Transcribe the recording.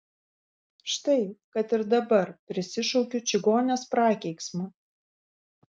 štai kad ir dabar prisišaukiu čigonės prakeiksmą